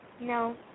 No